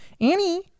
Annie